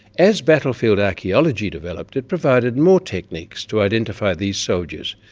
as battlefield archaeology developed, it provided more techniques to identify these soldiers,